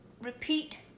repeat